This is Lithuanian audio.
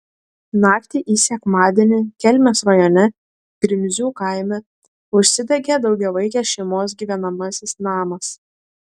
naktį į sekmadienį kelmės rajone grimzių kaime užsidegė daugiavaikės šeimos gyvenamasis namas